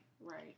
right